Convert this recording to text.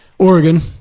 Oregon